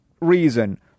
reason